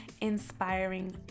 inspiring